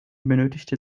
benötigte